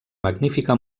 magnífica